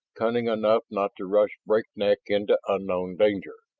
cunning enough not to rush breakneck into unknown danger.